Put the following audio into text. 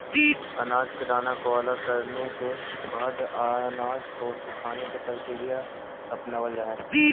अनाज के दाना को अलग करने के बाद अनाज को सुखाने की प्रक्रिया अपनावल जा हई